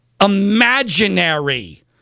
Imaginary